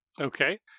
Okay